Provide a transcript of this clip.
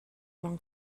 bon